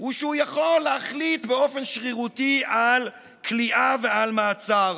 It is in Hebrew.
הוא שהוא יכול להחליט באופן שרירותי על כליאה ועל מעצר.